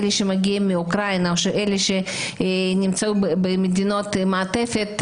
אלה שמגיעים מאוקראינה ונמצאים במדינות מעטפת,